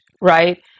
right